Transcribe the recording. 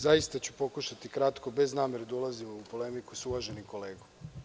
Zaista ću pokušati kratko, bez namere da ulazim u polemiku sa uvaženim kolegom.